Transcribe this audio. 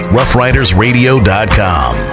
Roughridersradio.com